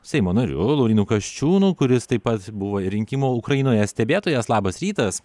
seimo nariu laurynu kasčiūnu kuris taip pat buvo ir rinkimų ukrainoje stebėtojas labas rytas